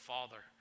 Father